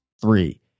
Three